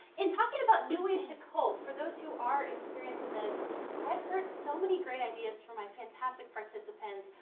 in talking about new ways to cope, for those who are experiencing this i've heard so many great ideas from my fantastic participants.